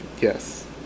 yes